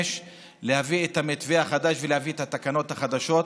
להביא את המתווה החדש ואת התקנות החדשות.